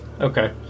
Okay